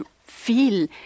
feel